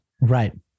Right